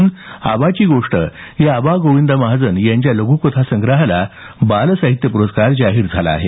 तर आबाची गोष्ट या आबा गोविंदा महाजन यांच्या लघुकथासंग्रहाला बालसाहित्य पुरस्कार जाहीर झाला आहे